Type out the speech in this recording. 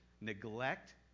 neglect